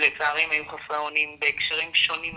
ולצערי הם היו חסרי אונים בהקשרים שונים אחרים,